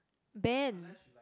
band